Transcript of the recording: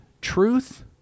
truth